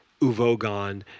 Uvogon